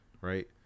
right